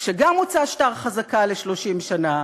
גם הוצא שטר חזקה ל-30 שנה,